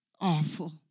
awful